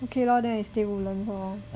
okay lor then I stay woodlands lor